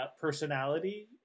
personality